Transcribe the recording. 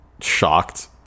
shocked